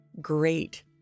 great